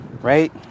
right